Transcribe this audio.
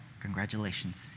congratulations